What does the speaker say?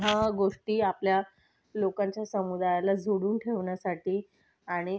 ह्या गोष्टी आपल्या लोकांच्या समुदायाला जोडून ठेवण्यासाठी आणि